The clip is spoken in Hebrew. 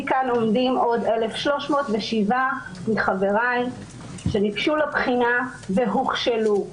כאן עומדים עוד 1,307 מחבריי שניגשו לבחינה והוכשלו.